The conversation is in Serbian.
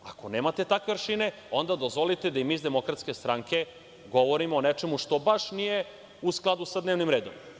Ako nemate takve aršine, onda dozvolite da i mi iz DS govorimo o nečemu što nije u skladu sa dnevnim redom.